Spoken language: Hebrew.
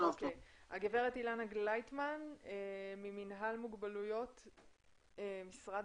אילנה גלייטמן ממינהל מוגבלויות במשרד